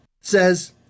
says